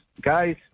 Guys